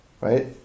Right